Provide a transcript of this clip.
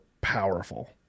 powerful